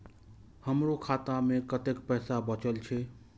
हमरो खाता में कतेक पैसा बचल छे?